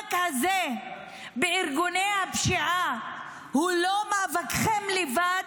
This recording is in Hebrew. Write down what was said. שהמאבק הזה בארגוני הפשיעה הוא לא מאבקכם לבד,